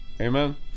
Amen